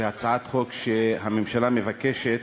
הצעת החוק שהממשלה מבקשת,